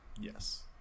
Yes